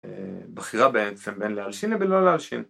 בחירה בעצם בין להלשין לבין לא להלשין